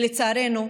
לצערנו,